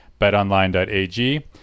betonline.ag